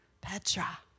Petra